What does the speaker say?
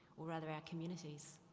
or rather, our communities.